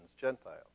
Gentiles